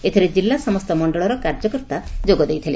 ଏଥିରେ ଜିଲ୍ଲା ସମସ୍ତ ମ କାର୍ଯ୍ୟକର୍ତ୍ତା ଯୋଗ ଦେଇଥିଲେ